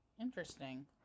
Interesting